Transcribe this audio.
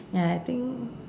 ya I think